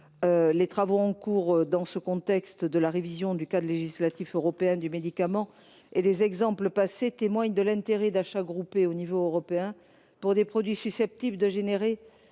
Les travaux en cours dans le cadre de la révision du cadre législatif européen du médicament et les expériences passées montrent l’intérêt d’achats groupés au niveau européen pour des produits susceptibles de connaître